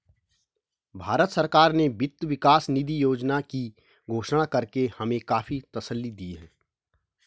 भारत सरकार ने वित्त विकास निधि योजना की घोषणा करके हमें काफी तसल्ली दी है